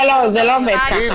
לא, זה לא עובד כך.